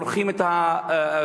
מורחים את התושבים,